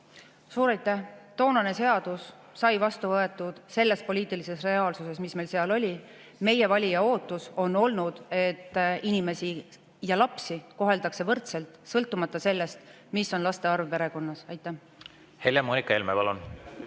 Suur aitäh! Toonane seadus sai vastu võetud selles poliitilises reaalsuses, mis meil siis oli. Meie valija ootus on olnud, et inimesi ja lapsi koheldakse võrdselt, sõltumata sellest, mis on laste arv perekonnas. Suur aitäh! Toonane